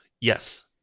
Yes